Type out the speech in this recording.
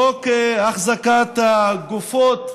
חוק החזקת הגופות,